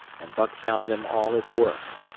and buck found them all at work.